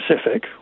specific